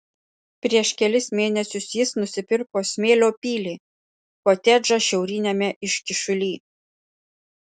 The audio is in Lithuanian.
prieš kelis mėnesius jis nusipirko smėlio pilį kotedžą šiauriniame iškyšuly